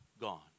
gone